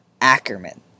Ackerman